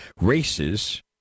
races